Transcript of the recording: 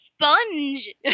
sponge